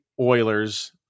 Oilers